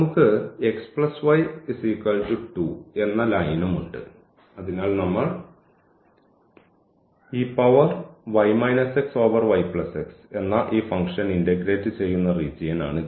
നമുക്ക് x y 2 എന്ന ലൈനും ഉണ്ട് അതിനാൽ നമ്മൾ എന്ന ഈ ഫംഗ്ഷൻ ഇന്റഗ്രേറ്റ് ചെയ്യുന്ന റീജിയൻ ആണിത്